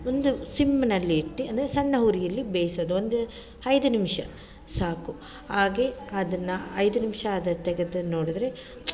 ಒಂದು ಸಿಮ್ನಲ್ಲಿ ಇಟ್ಟು ಅಂದರೆ ಸಣ್ಣ ಉರಿಯಲ್ಲಿ ಬೇಯಿಸೋದು ಒಂದು ಐದು ನಿಮಿಷ ಸಾಕು ಹಾಗೆ ಅದನ್ನು ಐದು ನಿಮಿಷ ಅದು ತೆಗೆದು ನೋಡಿದ್ರೆ